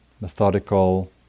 methodical